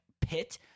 pit